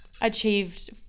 achieved –